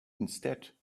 instead